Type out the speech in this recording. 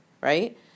right